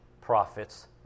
profits